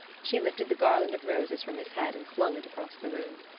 she lifted the garland of roses from his head and flung it across the room.